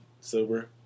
sober